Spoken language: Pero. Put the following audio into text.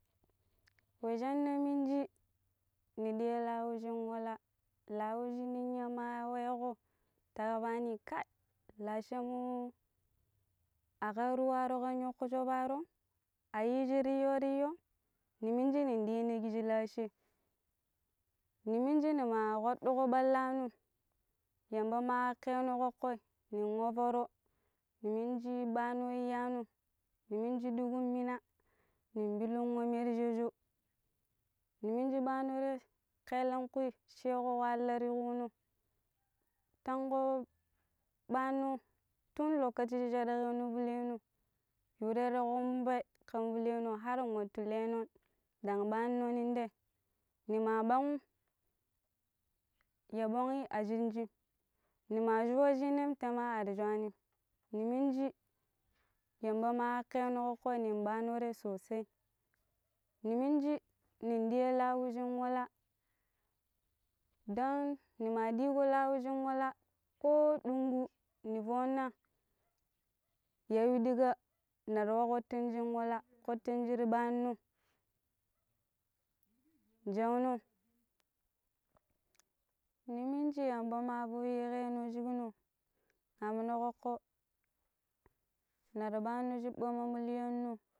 wei shanna miniji nen diya lau shin wala, lau shin ninya ma weeko ta kaɓaani kai lace mo a kare paro kan yokkujo paaron a yiiji riiyoriiyon ne niji ne diine kiji lace ni miniji ma kbadduko ballamo yamba ma akke e no koffoi nen wa foro ni miniji baano iiyano ni miniji dikun mina nen pilun we merjeje ne miniji baano te kelangkui sheeko wahala ta kuuno, tanko baanno tun lokaci shi shadkeenon faleeno nyu tere komboi kan fulee no har watu leenon nde baano nong te ne ma bangum ya ɓongi a shinjim ni ma a shoji nim ta ma ar shuanim ni miniji yambo ma akkeno kokkoi nen baano te sosai ne miniji nen diya lau shin wala don nima diiko lau shin walako dingu ne fonna ya ya dika be ra wa kpattin shin wala kpattin shira baanno nshaano ne miniji yamba ma fwiyike no shaƙano na mine kokko nere baano shibba ma mlyanno